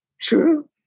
True